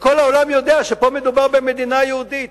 וכל העולם יודע שפה מדובר במדינה יהודית.